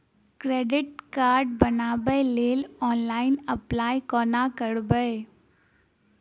Credit card बनाबै लेल online apply कोना करबै?